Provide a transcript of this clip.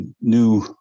new